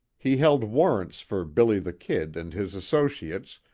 he held warrants for billy the kid and his associates,